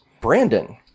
Brandon